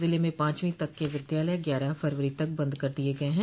जिले में पांचवीं तक के विद्यालय ग्यारह फरवरी तक बंद कर दिये गये हैं